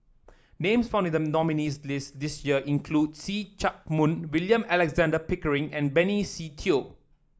names found in the nominees' list this year include See Chak Mun William Alexander Pickering and Benny Se Teo